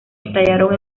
estallaron